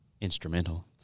instrumental